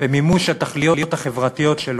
במימוש התכליות החברתיות שלו,